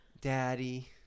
Daddy